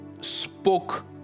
spoke